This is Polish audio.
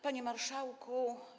Panie Marszałku!